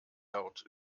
dort